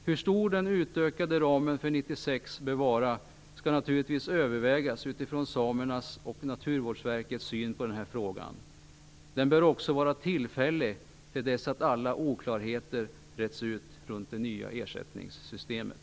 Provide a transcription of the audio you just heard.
Hur stor den utökade ramen för 1996 bör vara skall naturligtvis övervägas utifrån samernas och Naturvårdsverkets syn på den här frågan. Den bör också vara tillfällig till dess att alla oklarheter har retts ut runt det nya ersättningssystemet.